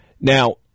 Now